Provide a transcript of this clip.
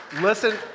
listen